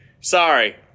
sorry